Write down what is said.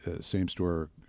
same-store